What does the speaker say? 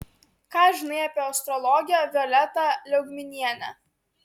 ką žinai apie astrologę violetą liaugminienę